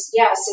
yes